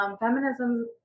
feminism